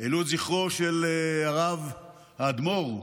את זכרו של הרב האדמו"ר,